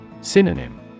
Synonym